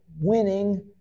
winning